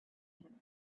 him